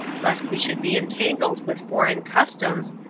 lest we should be entangled with foreign customs,